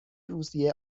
روسیه